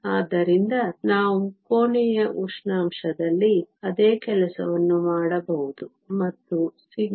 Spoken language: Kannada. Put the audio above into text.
ಆದ್ದರಿಂದ ನಾವು ಕೋಣೆಯ ಉಷ್ಣಾಂಶದಲ್ಲಿ ಅದೇ ಕೆಲಸವನ್ನು ಮಾಡಬಹುದು ಮತ್ತು σ 9